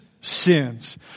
sins